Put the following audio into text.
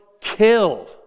killed